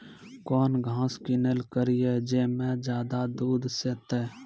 कौन घास किनैल करिए ज मे ज्यादा दूध सेते?